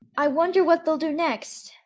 i wonder what they'll do next!